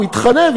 הוא התחנן,